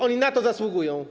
Oni na to zasługują.